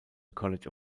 college